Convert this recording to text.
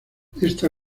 esta